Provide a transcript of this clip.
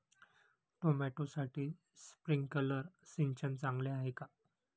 टोमॅटोसाठी स्प्रिंकलर सिंचन चांगले आहे का?